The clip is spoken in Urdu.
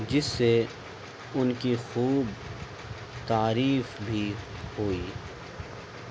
جس سے ان کی خوب تعریف بھی ہوئی